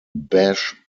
bash